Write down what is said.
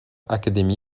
academy